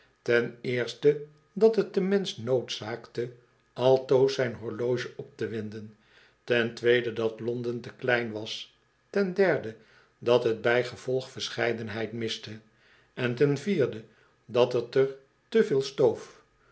ten eerste dat het den mensch noodzaakte altoos zijn horloge op te winden ten tweede dat londen te klein was ten derde dat het bijgevolg verscheidenheid miste en ten vierde dat het er te veel stoof